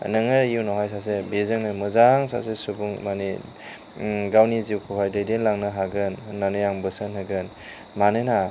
नोङो इयुनावहाय सासे बेजोंनो मोजां सासे सुबुं माने गावनि जिउखौहाय दैदेनलांनो हागोन होनानै आं बोसोन होगोन मानोना